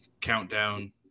countdown